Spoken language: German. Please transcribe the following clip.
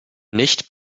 nicht